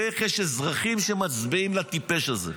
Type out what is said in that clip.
ואיך יש אזרחים שמצביעים לטיפש הזה,